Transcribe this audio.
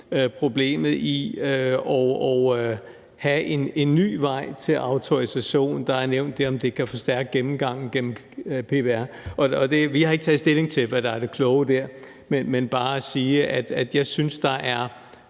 problemmed at have en ny vej til autorisation. Det er blevet nævnt, at det kan forstærke gennemgangen gennem PPR. Vi har ikke taget stilling til, hvad der er det kloge der, men jeg vil bare sige, at jeg synes, der er